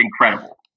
incredible